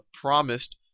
promised